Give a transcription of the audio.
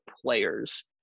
players